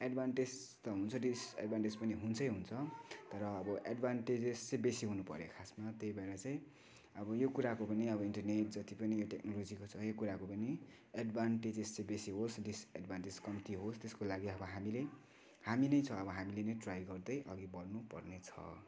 advantage त हुन्छ disadvantage पनि हुन्छै हुन्छ तर अब एडभान्टेजेस चाहिँ बेसी हुनु पऱ्यो खासमा त्यही भएर चाहिँ अब यो कुराको पनि अब इन्टरनेट जति पनि टेक्नोलोजीको छ यो कुराको पनि एडभान्टेजेस चाहिँ बेसी होस् डिसएडभान्टेज कम्ति होस् त्यसको लागि अब हामीले हामी नै छौँ हामीले नै ट्राई गर्दै अघि बढ्नु पर्नेछ